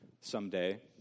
someday